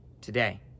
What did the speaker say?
today